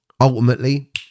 Ultimately